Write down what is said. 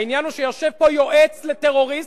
העניין הוא שיושב פה יועץ לטרוריסט,